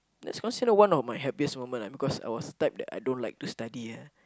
that's considered one of my happiest moment ah because I was type that I don't like to study ah